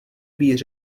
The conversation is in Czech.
být